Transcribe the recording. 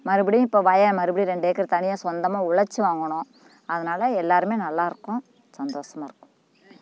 மறுபடியும் இப்போ வயல் மறுபடியும் ரெண்டு ஏக்கர் தனியாக சொந்தமாக உழைச்சி வாங்கினோம் அதனால எல்லோருமே நல்லாயிருக்கோம் சந்தோஷமா இருக்கோம்